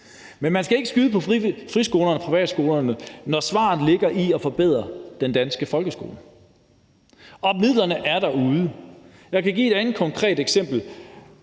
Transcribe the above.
Men man skal ikke skyde på friskolerne og privatskolerne, når svaret ligger i at forbedre den danske folkeskole. Og midlerne er derude. Jeg kan give et andet konkret eksempel.